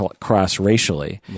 cross-racially